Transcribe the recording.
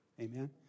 Amen